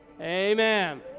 amen